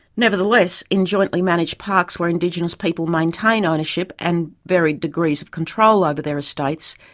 nevertheless, in jointly managed parks where indigenous people maintain ownership and varied degrees of control over their estates,